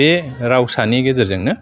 बे रावसानि गेजेरजोंनो